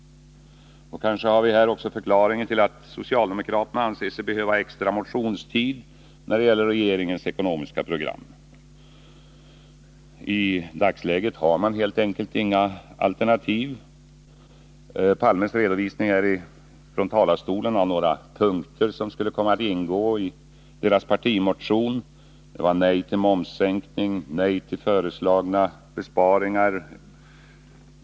Kanske har vi här också förklaringen till att socialdemokraterna anser sig behöva extra motionstid när det gäller regeringens ekonomiska program. Man har i dagsläget helt enkelt inga alternativ. Olof Palme redovisade visserligen några punkter av det som skulle ingå i socialdemokraternas partimotion — nej till momssänkning och nej till föreslagna besparingar.